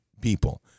people